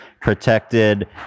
protected